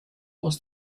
was